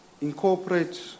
incorporate